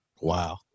Wow